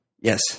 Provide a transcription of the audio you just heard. Yes